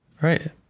Right